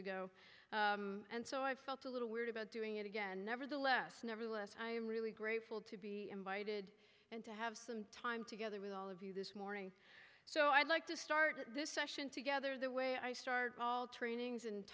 ago and so i felt a little weird about doing it again nevertheless nevertheless i am really grateful to be invited and to have some time together with all of you this morning so i'd like to start this session together the way i start all trainings and